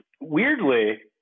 weirdly